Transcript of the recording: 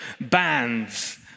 bands